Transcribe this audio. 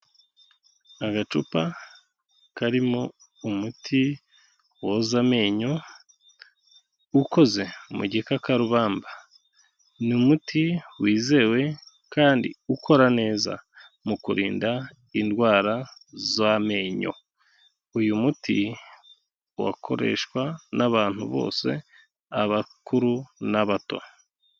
Agacupa karimo umuti woza amenyo ukoze mu gikakarubamba, ni umuti wizewe kandi ukora neza mu kurinda indwara z'amenyo, uyu muti wakoreshwa n'abantu bose abakuru n'abato.